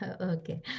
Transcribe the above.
Okay